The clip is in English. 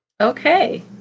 Okay